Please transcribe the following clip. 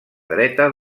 dreta